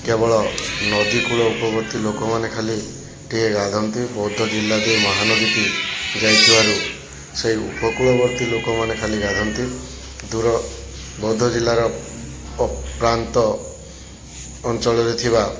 କେବଳ ନଦୀକୂଳ ଉପବର୍ତ୍ତୀ ଲୋକମାନେ ଖାଲି ଟିକିଏ ଗାଧାନ୍ତି ବୌଦ୍ଧ ଜିଲ୍ଲାଦେଇ ମହାନଦୀଟି ଯାଇଥିବାରୁ ସେ ଉପକୂଳବର୍ତ୍ତୀ ଲୋକମାନେ ଖାଲି ଗାଧାନ୍ତି ଦୂର ବୌଦ୍ଧ ଜିଲ୍ଲାର ଓ ପ୍ରାନ୍ତ ଅଞ୍ଚଳରେ ଥିବା